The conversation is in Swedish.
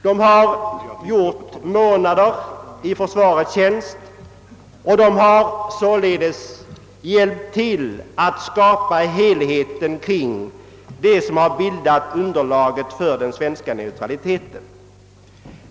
De har gjort månader i försvarets tjänst och sålunda hjälpt till att skapa helheten kring det som har bildat underlaget för den svenska neutraliteten.